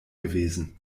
gewesen